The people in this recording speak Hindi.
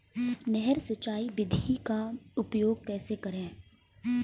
नहर सिंचाई विधि का उपयोग कैसे करें?